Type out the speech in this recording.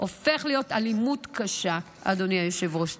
הופך לאלימות קשה, אדוני היושב-ראש.